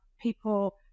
people